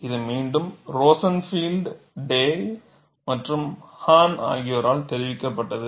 இது மீண்டும் Rosenfeld Day மற்றும் ஹான் ஆகியோரால் தெரிவிக்கப்பட்டது